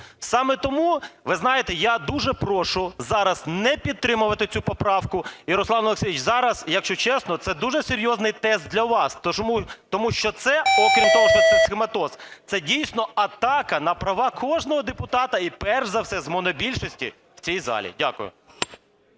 Саме тому, ви знаєте, я дуже прошу зараз не підтримувати цю поправку. І Руслан Олексійович, зараз, якщо чесно, це дуже серйозний тест для вас. Тому що це, окрім того, що це схематоз, це, дійсно, атака на права кожного депутата і, перш за все, з монобільшості в цій залі. Дякую.